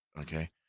Okay